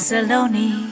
Saloni